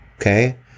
okay